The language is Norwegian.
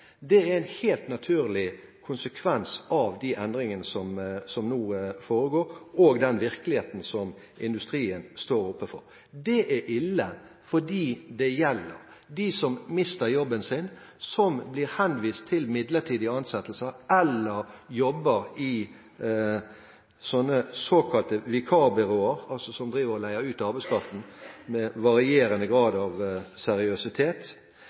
er en helt naturlig konsekvens av de endringene som nå foregår, og den virkeligheten som industrien står overfor. Det er ille for dem det gjelder: De som mister jobben sin, og de som blir henvist til midlertidig ansettelse eller jobber i såkalte vikarbyråer, som driver og leier ut arbeidskraften med varierende grad av seriøsitet.